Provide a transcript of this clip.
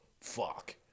fuck